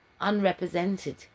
Unrepresented